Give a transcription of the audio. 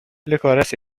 licorice